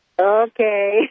Okay